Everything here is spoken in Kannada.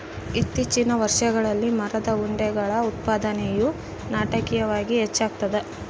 ಇತ್ತೀಚಿನ ವರ್ಷಗಳಲ್ಲಿ ಮರದ ಉಂಡೆಗಳ ಉತ್ಪಾದನೆಯು ನಾಟಕೀಯವಾಗಿ ಹೆಚ್ಚಾಗ್ತದ